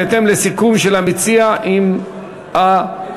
בהתאם לסיכום של המציע עם הממשלה.